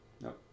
No